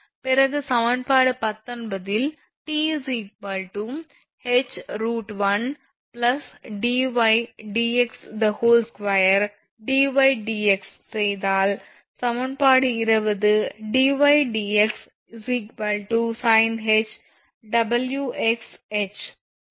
பிறகு சமன்பாடு 19 ல் 𝑇 𝐻√1𝑑𝑦𝑑𝑥2 𝑑𝑦𝑑𝑥 செய்தால் மற்றும் சமன்பாடு 20 𝑑𝑦𝑑𝑥 sinh𝑊𝑥𝐻 கிடைக்கும்